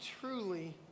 truly